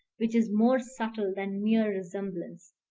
which is more subtle than mere resemblance.